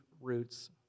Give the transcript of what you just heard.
roots